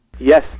Yes